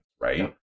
right